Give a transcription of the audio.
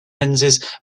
lenses